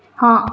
ହଁ